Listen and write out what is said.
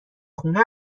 خونه